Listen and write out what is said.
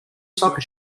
soccer